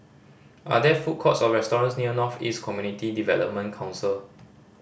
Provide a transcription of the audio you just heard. are there food courts or restaurants near North East Community Development Council